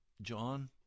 John